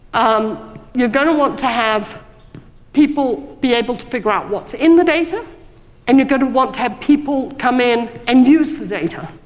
um you're going to want to have people be able to figure out what's in the data and you're going to want to have people come in and use the data.